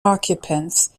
occupants